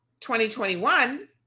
2021